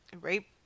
rape